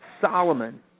Solomon